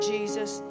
Jesus